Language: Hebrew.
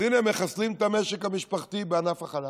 אז הינה, מחסלים את המשק המשפחתי בענף החלב.